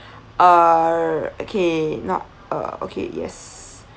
uh okay not uh okay yes